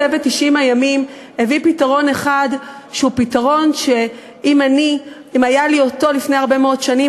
צוות 90 הימים הביא פתרון אחד שאם היה לי אותו לפני הרבה מאוד שנים,